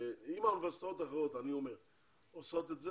אם האוניברסיטאות האחרות עושות את זה